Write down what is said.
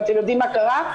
ואתם יודעים מה קרה?